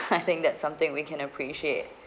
I think that's something we can appreciate